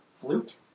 flute